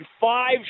five